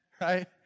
right